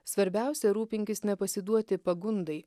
svarbiausia rūpinkis nepasiduoti pagundai